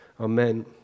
Amen